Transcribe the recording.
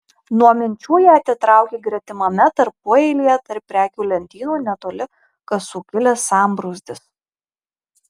nuo minčių ją atitraukė gretimame tarpueilyje tarp prekių lentynų netoli kasų kilęs sambrūzdis